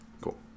Cool